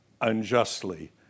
unjustly